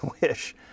wish